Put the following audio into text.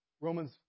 Romans